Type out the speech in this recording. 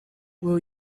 will